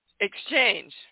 exchange